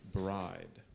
bride